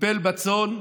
טיפל בצאן,